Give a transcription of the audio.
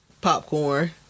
Popcorn